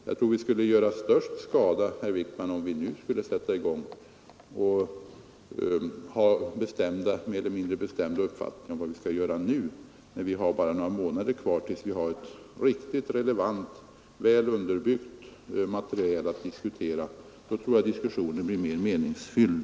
Jag tror att vi skulle göra störst skada, herr Wijkman, om vi skulle deklarera en mer eller mindre bestämd uppfattning om vad som skall göras nu, när det bara är några månader kvar tills vi har ett riktigt, relevant och väl underbyggt material att diskutera. Om vi väntar till dess tror jag att diskussionen blir mer meningsfylld.